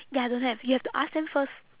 ya don't have you have to ask them first